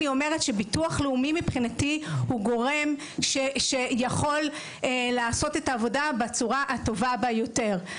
ביטוח לאומי הוא גורם שיכול לעשות את העבודה בצורה הטובה ביותר.